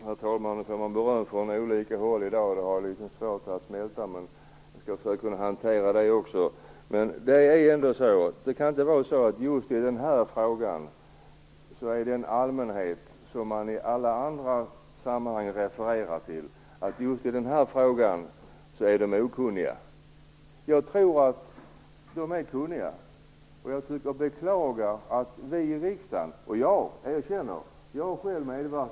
Herr talman! Jag får beröm från olika håll i dag. Jag har litet svårt att smälta det, men jag skall försöka hantera det. Det kan inte vara så att den allmänhet som riksdagen i alla andra sammanhang refererar till är okunnig just i den här frågan. Jag tror att den är kunnig. Jag tycker att det är beklagligt att riksdagen - och jag själv - desinformerar i dessa frågor.